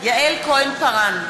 יעל כהן-פארן,